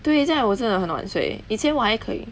对现在我也是很晚睡以前我还可以